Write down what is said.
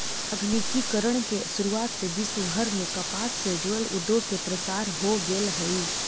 आधुनिकीकरण के शुरुआत से विश्वभर में कपास से जुड़ल उद्योग के प्रसार हो गेल हई